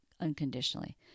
unconditionally